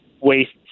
wastes